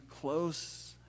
close